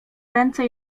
ręce